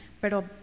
pero